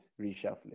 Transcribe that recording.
reshuffling